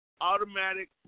automatic